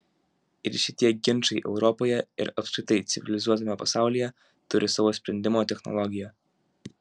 ir šitie ginčai europoje ir apskritai civilizuotame pasaulyje turi savo sprendimo technologiją